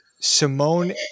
Simone